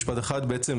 משפט אחד בעצם.